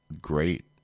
great